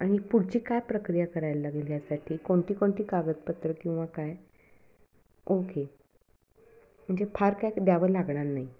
आणि पुढची काय प्रक्रिया करायला लागेल यासाठी कोणती कोणती कागदपत्र किंवा काय ओके म्हणजे फार काय द्यावं लागणार नाही